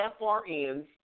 FRNs